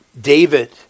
David